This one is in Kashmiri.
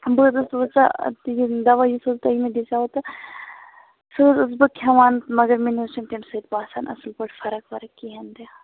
بہٕ حظ ٲسٕس وُچھان یِم دوا یُس حظ تۄہہِ مےٚ دِژیٚو تہٕ سُہ حظ ٲسٕس بہٕ کھیٚوان مگر مےٚ نہٕ حظ چھَنہٕ تَمہِ سۭتۍ باسان اصٕل پٲٹھۍ فَرق وَرق کِہیٖنٛۍ تہِ